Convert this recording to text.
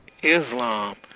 Islam